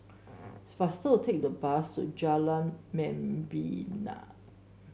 faster to take the bus to Jalan Membina